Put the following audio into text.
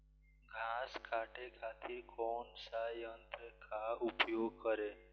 घास काटे खातिर कौन सा यंत्र का उपयोग करें?